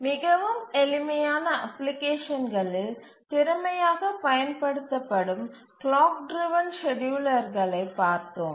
மிகவும் எளிமையான அப்ளிகேஷன்களில் திறமையாகப் பயன்படுத்தப்படும் கிளாக் டிரவன் ஸ்கேட்யூலர்களைப் பார்த்தோம்